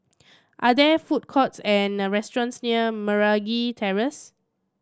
are there food courts and the restaurants near Meragi Terrace